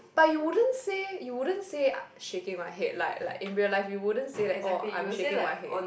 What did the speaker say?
but you wouldn't say you wouldn't say uh shaking my head like like in real life you wouldn't say that oh I'm shaking my head